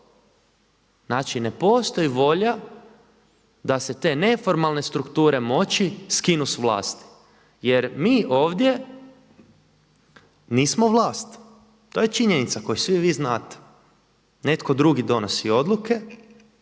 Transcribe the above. Znači ne postoji volja da se te neformalne strukture moći skinu s vlasti. Jer mi ovdje nismo vlast. To je činjenica koju svi ovdje znate, netko drugi donosi odluke,